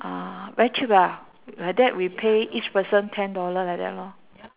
ah very cheap lah like that we pay each person ten dollar like that lor